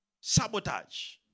sabotage